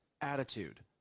attitude